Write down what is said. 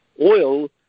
oil